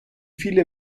viele